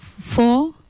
four